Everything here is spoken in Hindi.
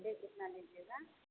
बोलिए कितना लीजिएगा